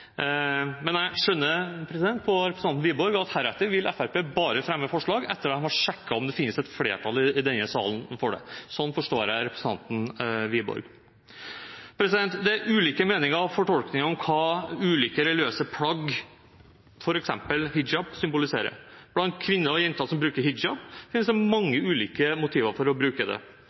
representanten Wiborg slik at heretter vil Fremskrittspartiet bare fremme forslag etter at de har sjekket om det finnes et flertall i denne salen for det. Det er ulike meninger om og fortolkninger av hva ulike religiøse plagg, f.eks. hijab, symboliserer. Blant kvinner og jenter som bruker hijab, finnes det mange ulike motiver for å bruke det. Ett spørsmål her blir jo: Hvem er det